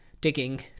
digging